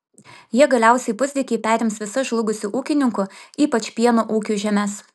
jie galiausiai pusdykiai perims visas žlugusių ūkininkų ypač pieno ūkių žemes